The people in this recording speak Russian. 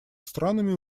странами